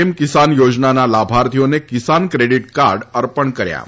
એમ કિસાન યોજનાના લાભાર્થીઓને Kisan credit card અર્પણ કર્યા હતા